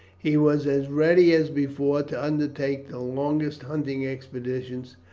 he was as ready as before to undertake the longest hunting expeditions,